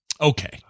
Okay